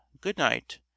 Good-night